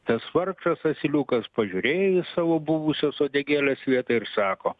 tas vargšas asiliukas pažiūrėjo į savo buvusios uodegėlės vietą ir sako